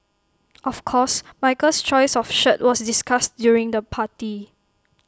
of course Michael's choice of shirt was discussed during the party